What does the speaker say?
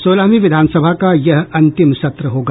सोलहवीं विधानसभा का यह अंतिम सत्र होगा